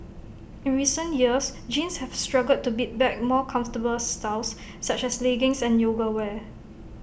in recent years jeans have struggled to beat back more comfortable styles such as leggings and yoga wear